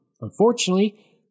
Unfortunately